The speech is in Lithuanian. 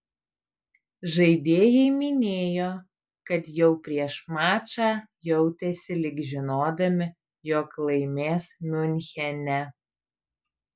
žaidėjai minėjo kad jau prieš mačą jautėsi lyg žinodami jog laimės miunchene